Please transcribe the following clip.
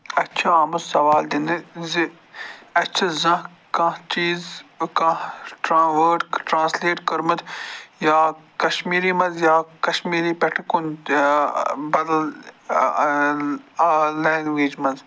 اَسہِ چھِ آمُت سَوال دِنہٕ زِ اَسہِ چھِ زانٛہہ کانٛہہ چیٖز کانٛہہ وٲڈ ٹرٛانٕسلیٹ کٔرمٕتۍ یا کشمیری منٛز یا کشمیری پٮ۪ٹھٕ کُن تہِ بدل لٮ۪نٛگویج منٛز